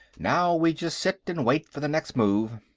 now we just sit and wait for the next move.